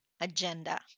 agenda